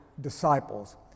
disciples